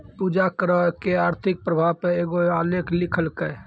पूजा करो के आर्थिक प्रभाव पे एगो आलेख लिखलकै